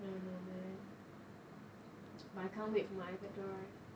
I don't know man but I can't wait for my ipad to arrive